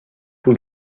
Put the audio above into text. will